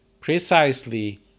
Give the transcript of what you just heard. Precisely